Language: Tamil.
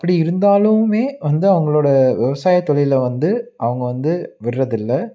அப்படி இருந்தாலும் வந்து அவங்களோடய விவசாயம் தொழிலை வந்து அவங்க வந்து விடுறதில்ல